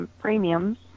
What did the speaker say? premiums